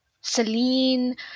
Celine